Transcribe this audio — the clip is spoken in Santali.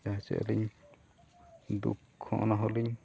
ᱡᱟᱦᱟᱸ ᱪᱮᱫᱞᱤᱧ ᱫᱩᱠ ᱠᱷᱚᱱ ᱚᱱᱟ ᱦᱚᱞᱤᱧ